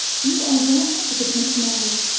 you are well out of it, mr mangan.